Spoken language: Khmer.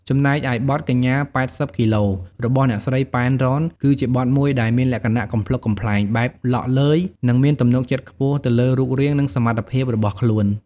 ចំណែកឯ បទ កញ្ញា ៨០ គីឡូ របស់អ្នកស្រី ប៉ែន រ៉ន គឺជាបទមួយដែលមានលក្ខណៈកំប្លុកកំប្លែង បែបឡកឡឺយ និងមានទំនុកចិត្តខ្ពស់ទៅលើរូបរាង និងសមត្ថភាពរបស់ខ្លួន។